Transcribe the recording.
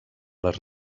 les